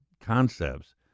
concepts